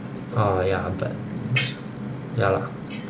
ah ya but ya lah